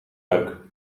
luik